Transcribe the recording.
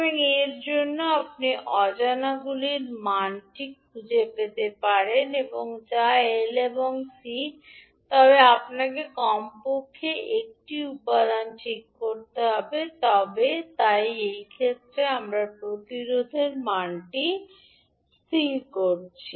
সুতরাং এর সাহায্যে আপনি অজানাগুলির মানটি খুঁজে পেতে পারেন যা L এবং C তবে আপনাকে কমপক্ষে একটি উপাদান ঠিক করতে হবে তাই এই ক্ষেত্রে আমরা প্রতিরোধ আর এর মানটি স্থির করেছি